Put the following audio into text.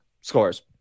Scores